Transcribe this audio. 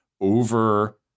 over